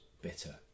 bitter